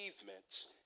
achievements